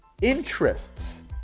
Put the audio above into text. interests